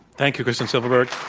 thank you, kristen silverberg.